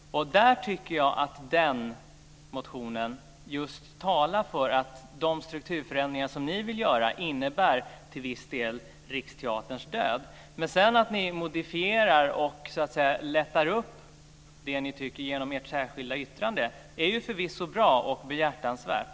Jag tycker att den motionen just talar för att de strukturförändringar som ni vill göra till viss del innebär Riksteaterns död. Att ni sedan modifierar och lättar upp det som ni tycker genom ert särskilda yttrande är förvisso bra och behjärtansvärt.